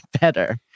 better